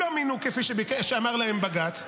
הם לא מינו כפי שאמר להם בג"ץ,